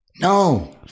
No